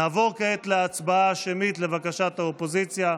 נעבור כעת להצבעה שמית, לבקשת האופוזיציה,